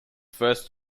first